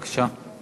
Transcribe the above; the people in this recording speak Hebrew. בבקשה.